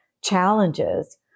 challenges